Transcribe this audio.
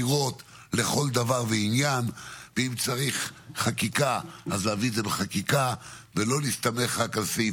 ומה שאני רוצה בעיקר לדבר עליו זה לא ההסכם הספציפי